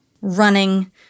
running